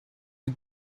you